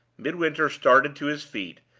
midwinter started to his feet,